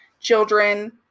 children